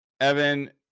Evan